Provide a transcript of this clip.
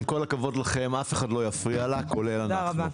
עם כל הכבוד לכן, אף אחד לא יפריע לה, כולל אנחנו.